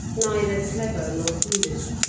neither clever nor foolish,